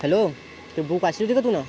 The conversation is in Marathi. हॅलो ते बुक वाचली होती का तू